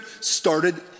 started